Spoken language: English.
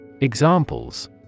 Examples